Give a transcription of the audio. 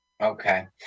Okay